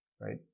right